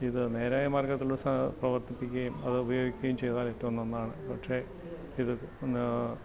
ഇത് നേരായ മാർഗ്ഗത്തിലൂടെ പ്രവർത്തിപ്പിക്കുകയും അതുപയോഗിക്കുകയും ചെയ്താല് ഏറ്റവും നന്നാണ് പക്ഷേ ഇത് എന്നാ